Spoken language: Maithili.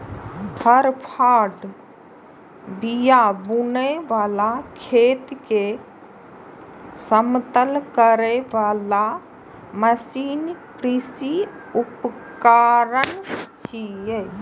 हर, फाड़, बिया बुनै बला, खेत कें समतल करै बला मशीन कृषि उपकरण छियै